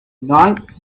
night